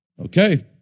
okay